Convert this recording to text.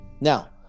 now